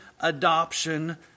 adoption